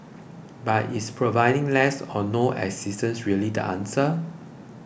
but is providing less or no assistance really the answer